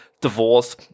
divorce